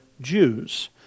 Jews